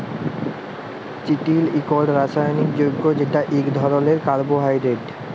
চিটিল ইকট রাসায়লিক যগ্য যেট ইক ধরলের কার্বোহাইড্রেট